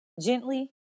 gently